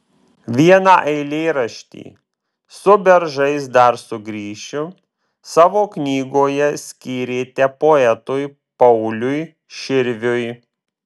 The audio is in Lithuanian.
vieną eilėraštį su beržais dar sugrįšiu savo knygoje skyrėte poetui pauliui širviui